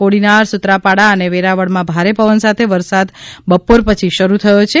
કોડીનાર સુત્રાપાડા અને વેરાવળમાં ભારે પવન સાથે વરસાદ બપોર પછી શરૂ થયો છે